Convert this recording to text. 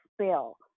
spell